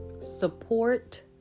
support